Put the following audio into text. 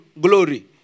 glory